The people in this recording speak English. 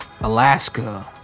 Alaska